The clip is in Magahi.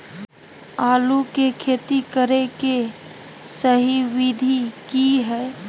आलू के खेती करें के सही विधि की हय?